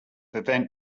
event